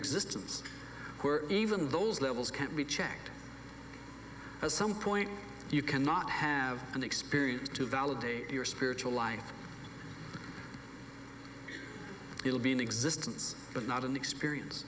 existence even those levels can't be checked at some point you cannot have an experience to validate your spiritual life it will be in existence but not in experience